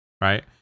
right